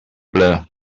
ple